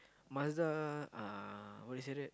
Mazda uh what do you say that